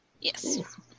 Yes